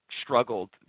struggled